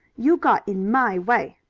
you got in my way.